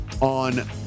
on –